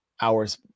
hours